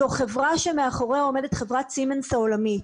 זו חברה שמאחוריה עומדת חברת צימנס העולמית.